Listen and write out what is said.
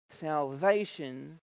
salvation